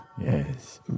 yes